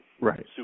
Right